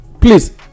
Please